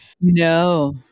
No